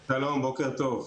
שלום, בוקר טוב.